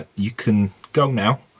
ah you can go now.